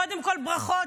קודם כול: ברכות.